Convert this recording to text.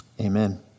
Amen